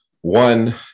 one